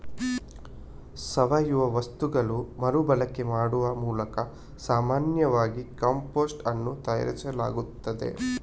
ಸಾವಯವ ವಸ್ತುಗಳನ್ನ ಮರು ಬಳಕೆ ಮಾಡುವ ಮೂಲಕ ಸಾಮಾನ್ಯವಾಗಿ ಕಾಂಪೋಸ್ಟ್ ಅನ್ನು ತಯಾರಿಸಲಾಗ್ತದೆ